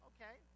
Okay